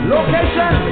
Location